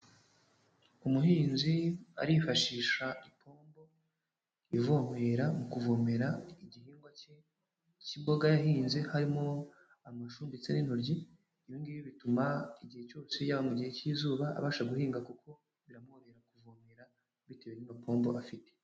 Umuhinzi arifashisha ipombo ivomera mu kuvomera igihingwa cye cy'imboga yahinze, harimo amashu ndetse n'intoryi, ibi ngibi bituma igihe cyose, yaba mu gihe cy'izuba abasha guhinga kuko biramuwohera kuvomera bitewe nino pombo aba afite.